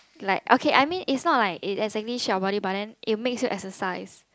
like okay I mean is not like it exactly shaped your body but then it makes you exercise